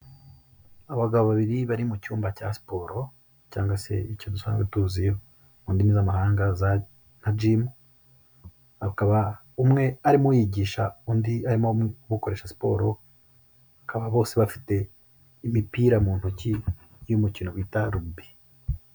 Abagabo babiri bari mu cyumba cya siporo cyangwa se icyo dusanzwe tuzi mu ndimi z'amahanga za nka jimu, bakaba umwe arimo yigisha undi arimo amukoresha siporo, bakaba bose bafite imipira mu ntoki y'umukino bita rugubi.